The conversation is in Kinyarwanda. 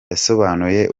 yasobanuye